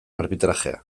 arbitrajea